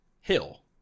Hill